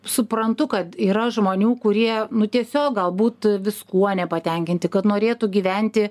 suprantu kad yra žmonių kurie nu tiesiog galbūt viskuo nepatenkinti kad norėtų gyventi